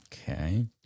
Okay